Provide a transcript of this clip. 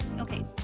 Okay